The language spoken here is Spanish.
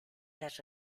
las